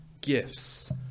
gifts